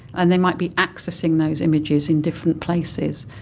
and they might be accessing those images in different places.